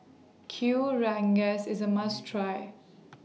Kuih Rengas IS A must Try